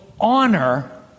honor